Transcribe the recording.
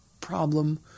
problem